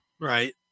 Right